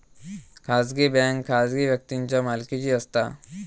खाजगी बँक खाजगी व्यक्तींच्या मालकीची असता